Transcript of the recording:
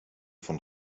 von